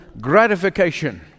gratification